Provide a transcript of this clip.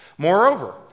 Moreover